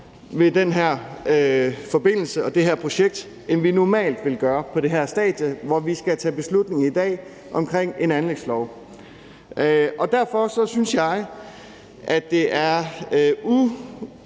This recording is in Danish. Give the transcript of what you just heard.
ved den her forbindelse og det her projekt, end vi normalt ville gøre på det her stadie, hvor vi skal tage beslutning i dag omkring en anlægslov. Derfor synes jeg, at det er jo